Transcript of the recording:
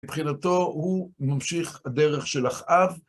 מבחינתו, הוא ממשיך הדרך של אחאב.